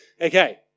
Okay